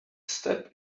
step